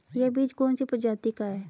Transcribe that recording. यह बीज कौन सी प्रजाति का है?